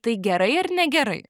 tai gerai ar negerai